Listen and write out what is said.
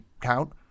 count